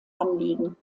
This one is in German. anliegen